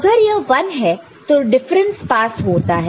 अगर यह 1 है तो डिफरेंस पास होता है